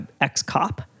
ex-cop